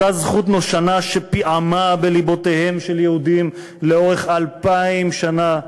אותה זכות נושנה שפיעמה בלבותיהם של יהודים לאורך אלפיים שנה,